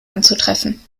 anzutreffen